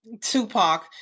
tupac